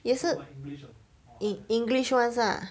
也是 in english [ones] ah